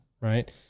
Right